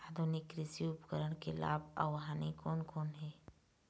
आधुनिक कृषि उपकरण के लाभ अऊ हानि कोन कोन हे?